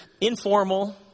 informal